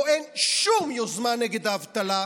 פה אין שום יוזמה נגד האבטלה,